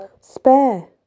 Spare